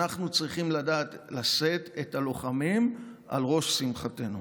אנחנו צריכים לדעת להעלות את הלוחמים על ראש שמחתנו.